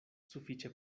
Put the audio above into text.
sufiĉe